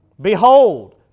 Behold